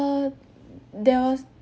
err there was